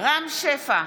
רם שפע,